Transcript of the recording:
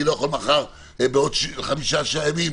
אני לא אוכל בעוד חמישה-שישה ימים